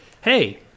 hey